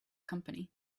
company